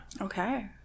okay